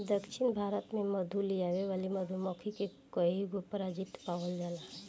दक्षिण भारत में मधु लियावे वाली मधुमक्खी के कईगो प्रजाति पावल जाला